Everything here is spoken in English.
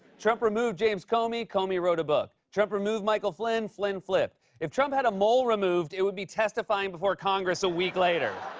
trump removed james comey, comey wrote a book. trump removed michael flynn, flynn flipped. if trump had a mole removed, it would be testifying before congress a week later.